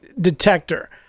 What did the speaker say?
detector